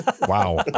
Wow